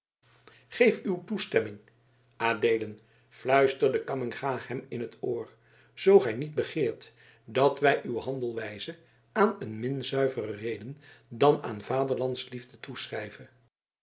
geef uw toestemming adeelen fluisterde cammingha hem in t oor zoo gij niet begeert dat wij uw handelwijze aan een min zuivere reden dan aan vaderlandsliefde toeschrijven